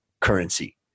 currency